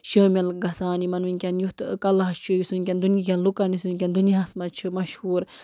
شٲمِل گژھان یِمَن وٕنۍکٮ۪ن یُتھ کَلا چھُ یُس وٕنۍکٮ۪ن دُنہیٖکٮ۪ن لُکَن یُس وٕنۍکٮ۪ن دُنیاہَس منٛز چھِ مشہوٗر